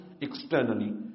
externally